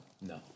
no